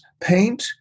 paint